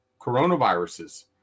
coronaviruses